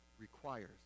requires